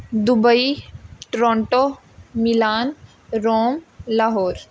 Dubai Toronto Milan Rome Lahore